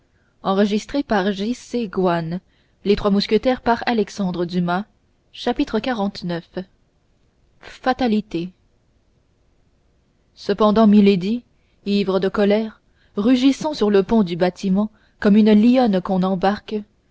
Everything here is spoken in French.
athos chapitre xlix fatalité cependant milady ivre de colère rugissant sur le pont du bâtiment comme une lionne qu'on embarque